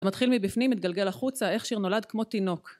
זה מתחיל מבפנים, מתגלגל החוצה, איך שיר נולד כמו תינוק.